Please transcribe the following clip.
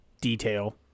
detail